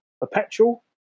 Perpetual